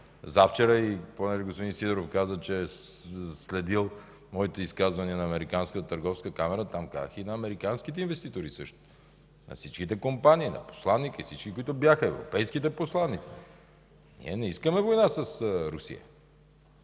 завчера, понеже господин Сидеров каза, че следил моите изказвания в Американската търговска камара, там казах и на американските инвеститори същото – на всичките компании, на посланика, на всички, които бяха, на европейските посланици: ние не искаме война с Русия.